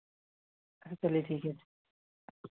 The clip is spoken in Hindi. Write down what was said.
चलिए ठीक है